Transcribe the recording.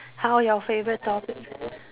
how your favorite topic